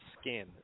Skin